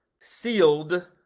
Sealed